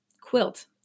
quilt